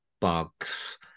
Bugs